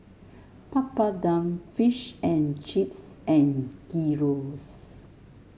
Papadum Fish and Chips and Gyros